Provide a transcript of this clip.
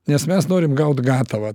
nes mes norim gaut gatavą